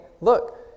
look